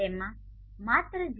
તેમાં માત્ર 0